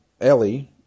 Ellie